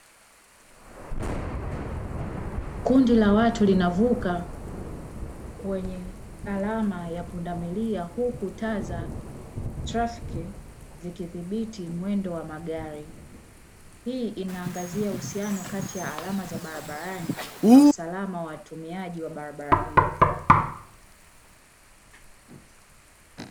Kundi la watu linavuka kwenye alama ya pundamilia huku taa za trafiki zikidhibiti mwendo wa magari. Hii inaangazia uhusiano kati ya alama za barabarani na usalama wa watumiaji wa barabara hiyo.